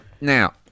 Now